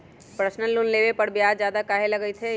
Personal loan लेबे पर ब्याज ज्यादा काहे लागईत है?